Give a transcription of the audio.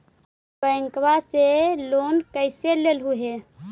बैंकवा से लेन कैसे लेलहू हे?